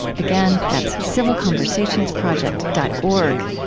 again, that's civilconversationsproject dot org.